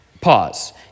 pause